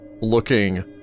looking